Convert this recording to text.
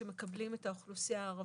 שמקבלים את האוכלוסייה הערבית,